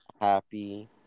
happy